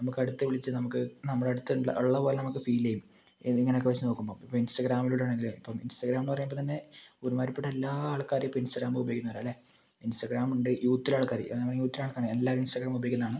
നമുക്ക് അടുത്ത് വിളിച്ച് നമുക്ക് നമ്മുടെ അടുത്ത് ഉള്ളത് പോലെ നമുക്ക് ഫീൽ ചെയ്യും ഇന്ന് ഇങ്ങനെയൊക്കെ വെച്ച് നോക്കുമ്പം ഇപ്പം ഇൻസ്റ്റാഗ്രാമിലൂടെ ആണെങ്കിൽ ഇപ്പം ഇൻസ്റ്റഗ്രാം എന്ന് പറയുമ്പം തന്നെ ഒരുമാതിരിപ്പെട്ട എല്ലാ ആൾക്കാരും ഇപ്പം ഇൻസ്റ്റഗ്രാം ഉപയോഗിക്കുന്നവരാണ് അല്ലേ ഇൻസ്റ്റഗ്രാം ഉണ്ട് യൂത്തിൽ ആൾക്കാർ അതേപോലെ യൂത്തിൽ ആൾക്കാർ എല്ലാം ഇൻസ്റ്റഗ്രാം ഉപയോഗിക്കുന്നത് ആണ്